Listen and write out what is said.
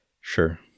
Sure